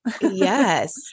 Yes